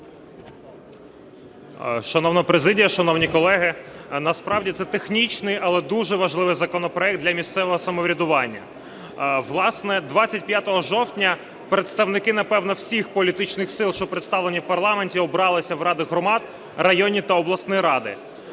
Шановна президія, шановні колеги, насправді це технічний, але дуже важливий законопроект для місцевого самоврядування. Власне, 25 жовтня представники, напевно, всіх політичних сил, що представлені в парламенті, обралися в ради громад, районні та обласні ради.